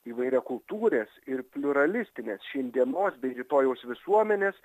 įvairiakultūrės ir pliuralistinės šiandienos bei rytojaus visuomenės